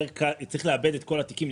צריך לעבד את כל התיקים,